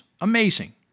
Amazing